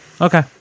Okay